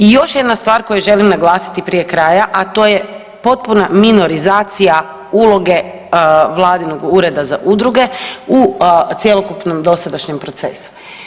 I još jedna stvar želim naglasiti prije kraja a to je potpuna minorizacija Vladinog ureda za udruge u cjelokupnom dosadašnjem procesu.